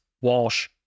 Walsh